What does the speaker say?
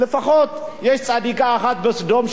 לפחות יש צדיקה אחת בסדום,